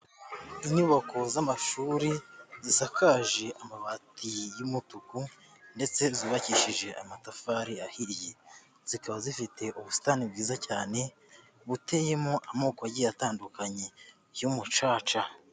Inyubako z'amashuri zisakaje amabati y'umutuku ndetse zubakishije amatafari ahiye, zikaba zifite ubusitani bwiza cyane buteyemo amoko agiye atandukanye y'umucaca.